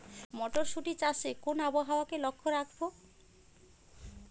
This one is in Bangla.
মটরশুটি চাষে কোন আবহাওয়াকে লক্ষ্য রাখবো?